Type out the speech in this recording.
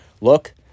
look